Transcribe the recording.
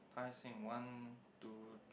Tai-Seng one two